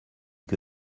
que